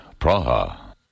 Praha